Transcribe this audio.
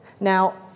Now